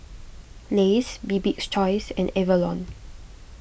Lays Bibik's Choice and Avalon